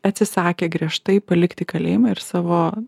atsisakė griežtai palikti kalėjimą ir savo